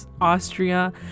Austria